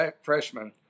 freshman